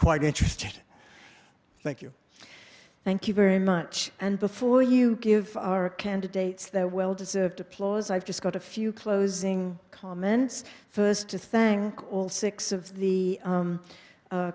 quite interested in thank you thank you very much and before you give our candidates their well deserved applause i've just got a few closing comments first a thing all six of the